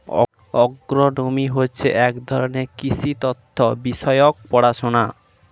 agronomy হচ্ছে এক ধরনের কৃষি তথ্য বিষয়ক পড়াশোনা